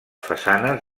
façanes